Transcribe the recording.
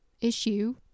issue